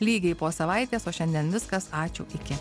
lygiai po savaitės o šiandien viskas ačiū iki